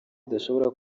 adashobora